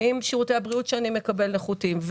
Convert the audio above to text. אם שירותי הבריאות היא מקבלת נחותים,